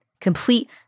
complete